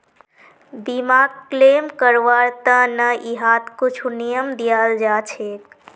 बीमाक क्लेम करवार त न यहात कुछु नियम दियाल जा छेक